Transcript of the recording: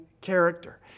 character